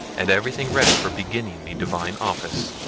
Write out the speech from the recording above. and everything ready for beginning the divine office,